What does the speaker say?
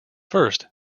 first